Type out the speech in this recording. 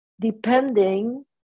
depending